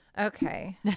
Okay